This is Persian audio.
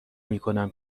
میکنم